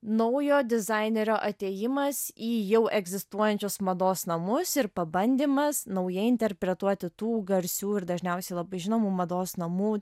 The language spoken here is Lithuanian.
naujo dizainerio atėjimas į jau egzistuojančius mados namus ir pabandymas naujai interpretuoti tų garsių ir dažniausiai labai žinomų mados namų